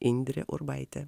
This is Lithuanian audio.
indrė urbaitė